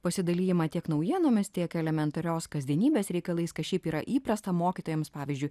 pasidalijimą tiek naujienomis tiek elementarios kasdienybės reikalais kas šiaip yra įprasta mokytojams pavyzdžiui